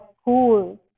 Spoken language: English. school